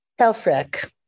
Helfrich